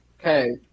Okay